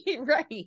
right